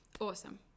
Awesome